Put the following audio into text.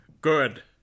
good